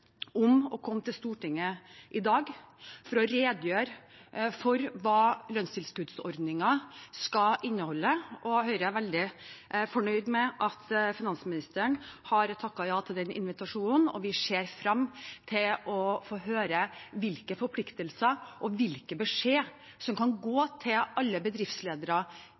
om å komme til Stortinget i dag for å redegjøre for hva lønnstilskuddsordningen skal inneholde, og Høyre er veldig fornøyd med at finansministeren har takket ja til den invitasjonen. Vi ser frem til å få høre hvilke forpliktelser og hvilke beskjeder som i dag kan gå til alle bedriftsledere